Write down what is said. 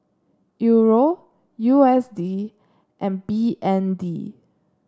Euro U S D and B N D